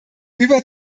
über